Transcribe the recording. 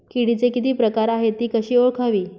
किडीचे किती प्रकार आहेत? ति कशी ओळखावी?